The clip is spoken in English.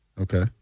Okay